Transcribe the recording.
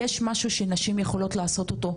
יש משהו שנשים יכולות לעשות אותו,